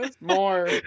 More